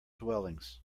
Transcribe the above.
dwellings